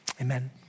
amen